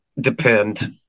Depend